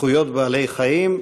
זכויות בעלי-חיים.